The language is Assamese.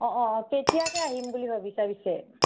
অঁ অঁ কেতিয়াকে আহিম বুলি ভাবিছা পিছে